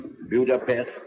Budapest